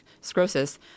sclerosis